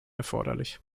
erforderlich